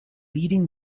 leading